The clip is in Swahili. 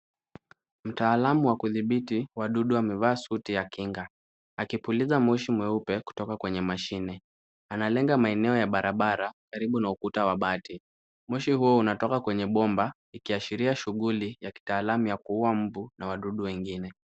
Mtaalamu wa kudhibiti wadudu amevaa suti ya kinga, akipuliza mosho mweupe kutoka kwenye mashine. Analenga maeneo ya barabara karibu na ukuta wa bati. Moshi huo unatoka kwenye bomba ukiashiria shughuli ya kitaalamu ya kuua mbu na wadudu wengine.